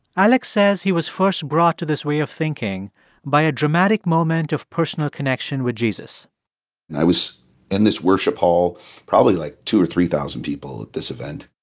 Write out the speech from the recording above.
alex says he was first brought to this way of thinking by a dramatic moment of personal connection with jesus and i was in this worship hall probably, like, two or three thousand people at this event.